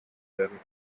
werden